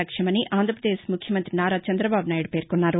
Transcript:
లక్ష్యమని ఆంధ్రభవదేశ్ ముఖ్యమంతి నారా చంద్రబాబునాయుడు పేర్కొన్నారు